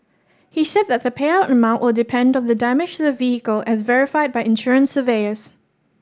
he said that the payout amount will depend of the damage the vehicle as verified by insurance surveyors